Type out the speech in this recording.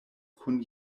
kun